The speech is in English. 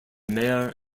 mayor